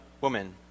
woman